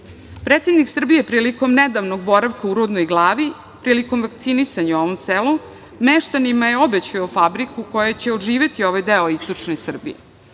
putem. Predsednik Srbije je prilikom nedavnog boravka u Rudnoj Glavi, prilikom vakcinisanja u ovom selu, meštanima je obećao fabriku koja će oživeti ovaj deo istočne Srbije.